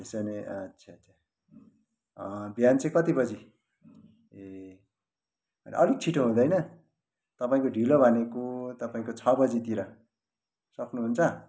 त्यसो भने आच्छा आच्छा बिहान चाहिँ कति बजे ए अलिक छिटो हुँदैन तपाईँको ढिलो भनेको तपाईँको छ बजीतिर सक्नुहुन्छ